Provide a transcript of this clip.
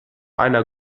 einer